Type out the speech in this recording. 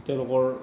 তেওঁলোকৰ